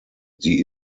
sie